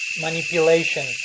manipulation